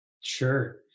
Sure